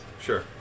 Sure